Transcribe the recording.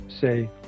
say